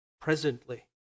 presently